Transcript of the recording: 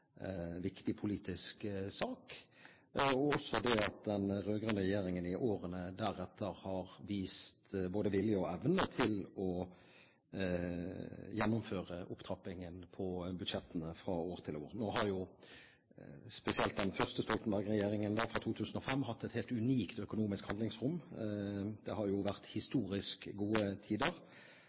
viktig politisk sak, og jeg vil også si at den rød-grønne regjeringen i årene deretter har vist både vilje og evne til å gjennomføre opptrappingen på budsjettene fra år til år. Nå har jo spesielt den første Stoltenberg-regjeringen fra 2005 hatt et helt unikt økonomisk handlingsrom. Det har vært historisk gode tider.